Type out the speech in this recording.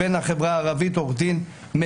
הוא בן החברה הערבית, עורך דין מצוין.